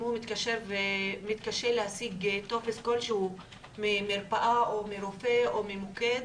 אם הוא מתקשר ומתקשה להשיג טופס כלשהוא ממרפאה או מרופא או ממוקד,